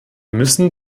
müssen